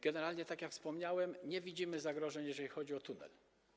Generalnie, tak jak wspomniałem, nie widzimy zagrożeń, jeżeli chodzi o tunel.